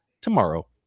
tomorrow